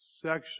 section